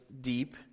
deep